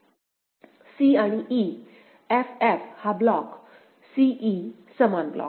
c आणि e f f हा block c e समान ब्लॉक